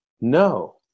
no